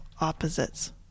opposites